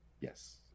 Yes